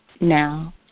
now